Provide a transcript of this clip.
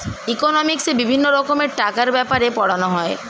ইকোনমিক্সে বিভিন্ন রকমের টাকার ব্যাপারে পড়ানো হয়